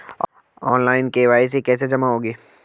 Online KYC कैसे जमा होगी?